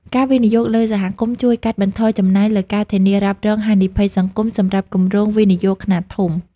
ការវិនិយោគលើសហគមន៍ជួយកាត់បន្ថយចំណាយលើការធានារ៉ាប់រងហានិភ័យសង្គម សម្រាប់គម្រោងវិនិយោគខ្នាតធំ។